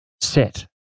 set